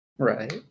right